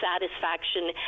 satisfaction